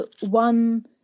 One